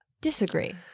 disagree